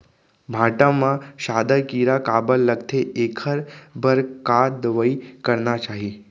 भांटा म सादा कीरा काबर लगथे एखर बर का दवई करना चाही?